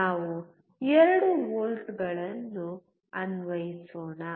ನಾವು 2 ವೋಲ್ಟ್ಗಳನ್ನು ಅನ್ವಯಿಸೋಣ